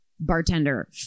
bartender